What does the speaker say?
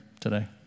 today